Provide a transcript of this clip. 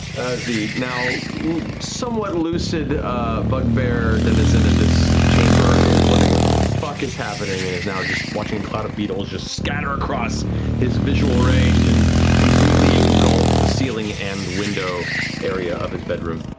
as the now somewhat lucid bugbear denizen of this chamber is wondering what the fuck is happening and is now just watching a cloud of beetles just scatter across his visual range and completely engulf the ceiling and window area of his bedroom.